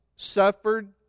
suffered